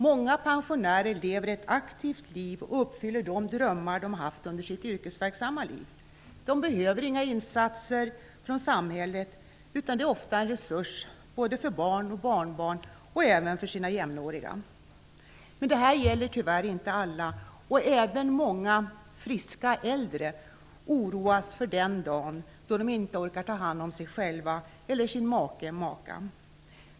Många pensionärer lever ett aktivt liv och uppfyller de drömmar de haft under sitt yrkesverksamma liv. De behöver inga insatser från samhället, utan de är ofta en resurs både för barn och barnbarn och även för sina jämnåriga. Men detta gäller tyvärr inte alla, och även många friska äldre oroas för den dag då de inte orkar ta hand om sig själva eller sin make/maka.